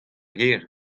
gêr